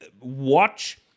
...watch